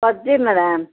madam